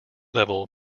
level